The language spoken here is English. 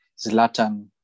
Zlatan